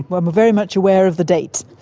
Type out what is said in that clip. but i'm very much aware of the date,